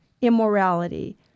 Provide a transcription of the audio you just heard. immorality